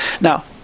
Now